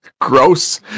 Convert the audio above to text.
gross